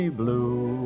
blue